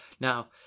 now